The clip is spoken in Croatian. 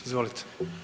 Izvolite.